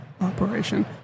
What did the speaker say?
operation